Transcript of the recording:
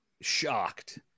shocked